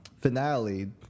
finale